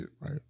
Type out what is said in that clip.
Right